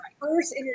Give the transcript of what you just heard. first